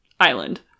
island